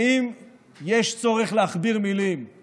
האם יש צורך להכביר מילים על